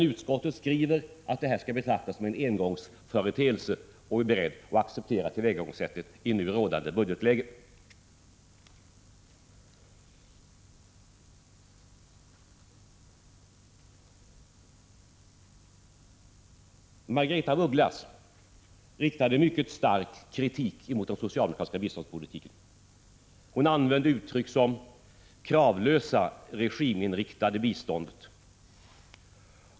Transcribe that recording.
Utskottet skriver emellertid att detta skall betraktas som en engångsföreteelse och är berett att acceptera tillvägagångssättet i nu rådande budgetläge. Margaretha af Ugglas riktade mycket stark kritik mot den socialdemokratiska biståndspolitiken. Hon använde uttryck som ”det kravlösa, regiminriktade biståndet”.